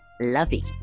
lovey